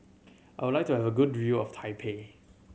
I would like to have a good view of Taipei